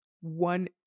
One